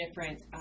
different